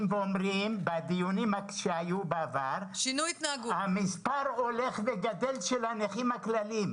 ואומרים בדיונים שהיו עבר שהמספר של הנכים הכלליים הולך וגדל.